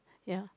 ya